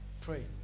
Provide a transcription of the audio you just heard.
pray